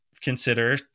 consider